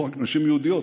לא רק נשים יהודיות,